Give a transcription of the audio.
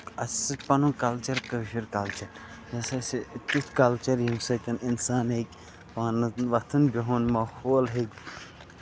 اَسہِ ہسا چھُ پَنُن کَلچر کٲشُر کَلچر یہِ ہسا چھُ تیُتھ کَلچر ییٚمہِ سۭتۍ اِنسان ہیٚکہِ پنن ہُند وۄتھُن بِہُن ماحول ہیٚکہِ